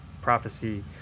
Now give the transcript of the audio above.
Prophecy